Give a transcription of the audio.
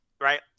right